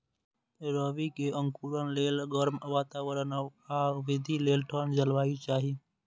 रबी के अंकुरण लेल गर्म वातावरण आ वृद्धि लेल ठंढ जलवायु चाही